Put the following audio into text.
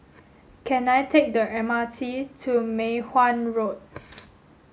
can I take the M R T to Mei Hwan Road